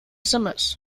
sms